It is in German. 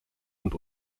und